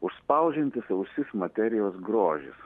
užspaudžiantis ausis materijos grožis